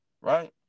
right